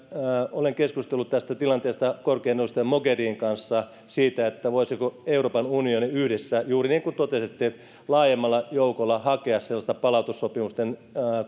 olen keskustellut tästä tilanteesta eun korkean edustajan mogherinin kanssa siitä voisiko euroopan unioni yhdessä juuri niin kuin totesitte laajemmalla joukolla hakea sellaista palautussopimusten